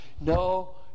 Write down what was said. No